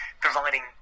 providing